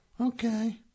Okay